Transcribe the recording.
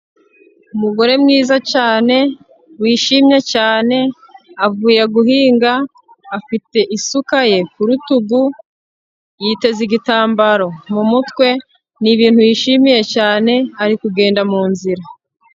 Umugore mwiza cyane wishimye cyane, avuye guhinga afite isuka ye ku rutugu yiteze igitambaro mu mutwe, ni ibintu yishimiye cyane ari kugenda mu nzira.